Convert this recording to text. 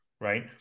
right